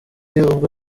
ubwo